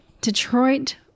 Detroit